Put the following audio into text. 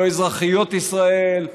לא אזרחיות ישראל,